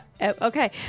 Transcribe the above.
okay